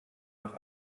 noch